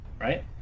Right